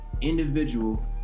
individual